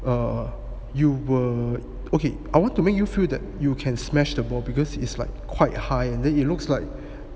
err you were okay I want to make you feel that you can smashed the ball because is like quite high and then it looks like